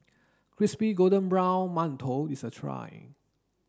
crispy golden brown mantou is a try